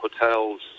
hotels